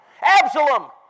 Absalom